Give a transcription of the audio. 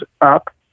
up